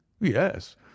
yes